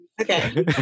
Okay